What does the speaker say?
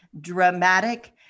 dramatic